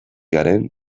garen